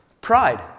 pride